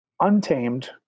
untamed